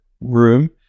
room